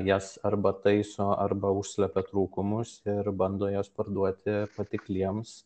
jas arba taiso arba užslepia trūkumus ir bando jas parduoti patikliems